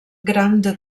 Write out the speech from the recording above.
grande